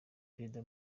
perezida